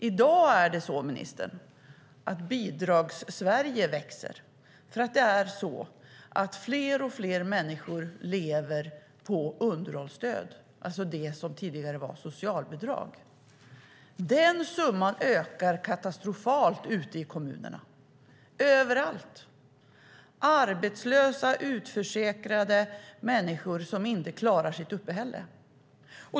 I dag är det så, ministern, att Bidragssverige växer, eftersom fler och fler människor lever på underhållsstöd, det som tidigare var socialbidrag. Den summan ökar katastrofalt ute i kommunerna, överallt. Det är arbetslösa, utförsäkrade människor som inte klarar sitt uppehälle.